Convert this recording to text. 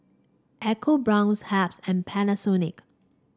EcoBrown's and Panasonic